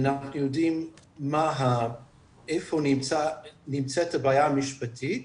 ואנחנו יודעים איפה נמצאת הבעיה המשפטית,